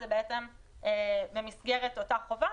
זה בעצם במסגרת אותה חובה,